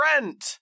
rent